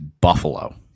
Buffalo